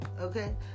okay